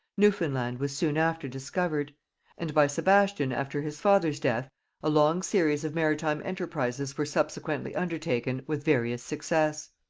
newfoundland was soon after discovered and by sebastian after his father's death a long series of maritime enterprises were subsequently undertaken with various success.